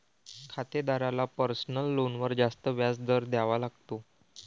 खातेदाराला पर्सनल लोनवर जास्त व्याज दर द्यावा लागतो